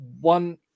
one